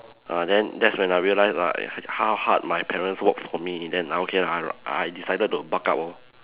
err then that's when I realised like how hard my parents worked for me then I okay lah I I decided to buck up lor